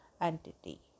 entity